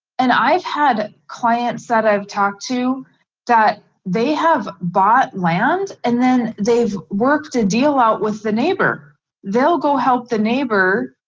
and i've had clients that i've talked to that they have bought land and then they've worked a deal out with the neighbor they'll go help the neighbor.